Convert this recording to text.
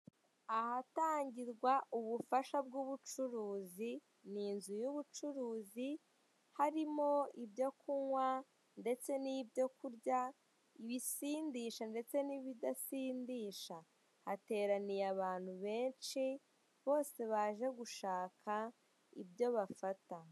Ahatangirwa ubufasha bw'ubucuruzi, ni inzu y'ubucuruzi harimo ibyo kunywa ndetse n'ibyo kurya ibisindisha ndetse n'ibidasindisha, hateraniye abantu benshi bose baje gushaka ibyo bafata.